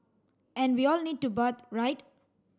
and we all need to bathe right